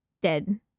dead